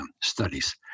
studies